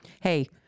Hey